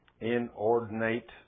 inordinate